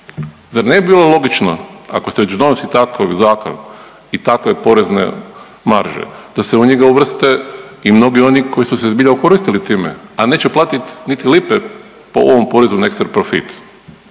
Zar ne bi bilo logično ako se već donosi takav zakon i takve porezne marže da se u njega uvrste i mnogi oni koji su se zbilja okoristili time, a neće platit niti lipe po ovom porezu na ekstra profit,